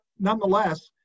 Nonetheless